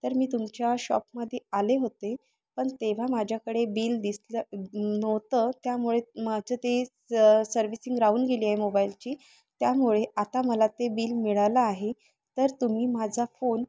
तर मी तुमच्या शॉपमध्ये आले होते पण तेव्हा माझ्याकडे बिल दिसलं नव्हतं त्यामुळे माझं ते स सर्व्हिसिंग राहून गेली आहे मोबाईलची त्यामुळे आता मला ते बिल मिळालं आहे तर तुम्ही माझा फोन